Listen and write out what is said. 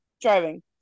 driving